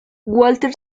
walter